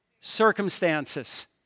Circumstances